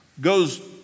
goes